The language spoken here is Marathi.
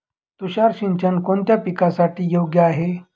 तुषार सिंचन कोणत्या पिकासाठी योग्य आहे?